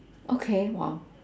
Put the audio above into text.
okay !wow!